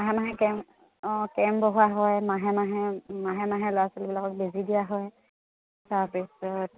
মাহে মাহে কেম্প অঁ কেম্প বহোৱা হয় মাহে মাহে মাহে মাহে ল'ৰা ছোৱালীবিলাকক বেজী দিয়া হয় তাৰপিছত